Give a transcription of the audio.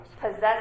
possess